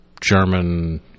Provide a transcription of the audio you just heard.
German